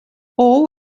all